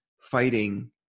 fighting